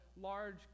large